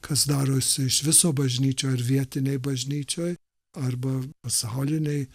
kas darosi iš viso bažnyčioj ar vietinėj bažnyčioj arba pasaulinėj